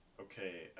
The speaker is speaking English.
Okay